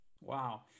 Wow